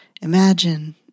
Imagine